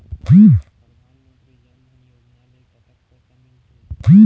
परधानमंतरी जन धन योजना ले कतक पैसा मिल थे?